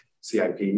cip